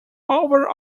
over